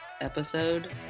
episode